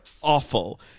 awful